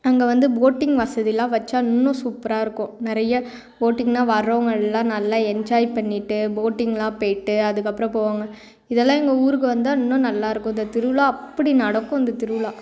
அங்கே வந்து போட்டிங் வசதி எல்லாம் வச்சால் இன்னும் சூப்பராக இருக்கும் நிறைய போட்டிங்னா வர்றவங்க எல்லாம் நல்லா என்ஜாய் பண்ணிவிட்டு போட்டிங் எல்லாம் போயிவிட்டு அதுக்கப்புறம் போவாங்க இதெல்லாம் எங்கள் ஊருக்கு வந்தால் இன்னும் நல்லா இருக்கும் இந்த திருவிழா அப்படி நடக்கும் இந்த திருவிழா